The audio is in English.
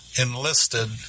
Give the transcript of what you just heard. enlisted